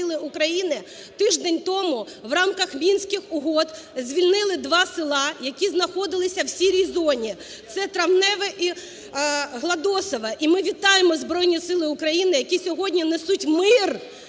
тиждень тому, в рамках Мінських угод звільнили два села, які знаходились в "сірій зоні" – це Травневе і Гладосове. І ми вітаємо Збройні Сили України, які сьогодні несуть мир